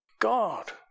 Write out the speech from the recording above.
God